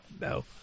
No